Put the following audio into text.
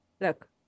Look